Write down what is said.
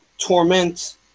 torment